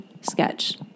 sketch